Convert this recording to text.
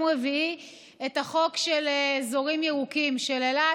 רביעי את החוק של אזורים ירוקים של אילת,